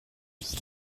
ist